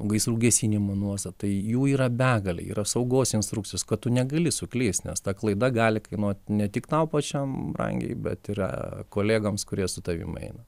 gaisrų gesinimo nuostatai jų yra begalė yra saugos instrukcijos kad tu negali suklyst nes ta klaida gali kainuot ne tik tau pačiam brangiai bet yra kolegoms kurie su tavimi eina